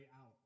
out